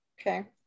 Okay